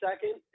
second